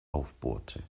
aufbohrte